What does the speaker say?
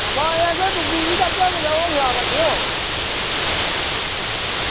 अवा एह् ऐ कि डुब्बी निं जाचै कुदै ओह् ख्याल रक्खेओ